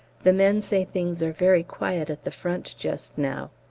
the men say things are very quiet at the front just now.